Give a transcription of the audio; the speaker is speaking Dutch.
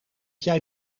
jij